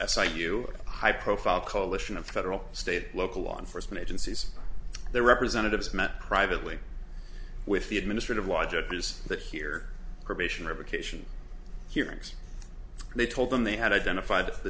you high profile coalition of federal state local law enforcement agencies their representatives met privately with the administrative law judges that here probation revocation hearings they told them they had identified the